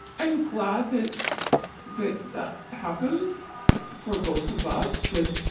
i'm glad that that that happened for both of us, that,